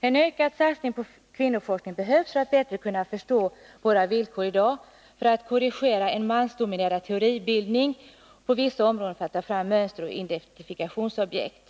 En ökad satsning på kvinnoforskning behövs för att vi bättre skall kunna förstå våra villkor i dag, för att vi skall kunna korrigera en mansdominerad teoribildning på vissa områden och för att vi skall kunna ta fram mönster och identifikationsobjekt.